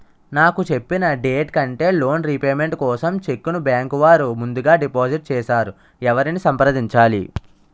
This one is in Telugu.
నాకు చెప్పిన డేట్ కంటే లోన్ రీపేమెంట్ కోసం చెక్ ను బ్యాంకు వారు ముందుగా డిపాజిట్ చేసారు ఎవరిని సంప్రదించాలి?